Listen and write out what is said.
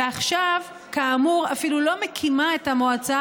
ועכשיו כאמור אפילו לא מקימה את המועצה